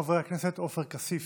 חבר הכנסת עופר כסיף.